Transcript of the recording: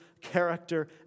character